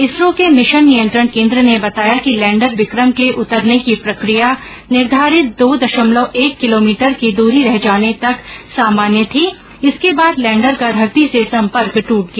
इसरो के भिशन नियंत्रण केन्द्र ने बताया कि लैंडर विक्रम के उतरने की प्रकिया निर्धारित दो दशमलव एक किलोमीटर की दूरी रह जाने तक सामान्य थी इसके बाद लैंडर का धरती से संपर्क द्ट गया